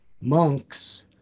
monks